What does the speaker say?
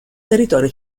territorio